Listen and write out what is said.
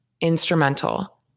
instrumental